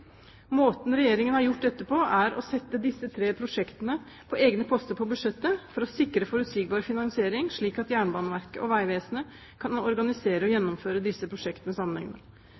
Måten Regjeringen har gjort dette på, er å sette disse tre prosjektene på egne poster på budsjettet for å sikre forutsigbar finansiering, slik at Jernbaneverket og Vegvesenet kan organisere og gjennomføre disse prosjektene